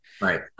Right